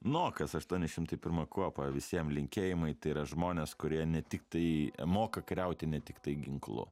nu o kas aštuoni šimtai pirma kuopa visiem linkėjimai tai yra žmonės kurie ne tiktai moka kariauti ne tiktai ginklu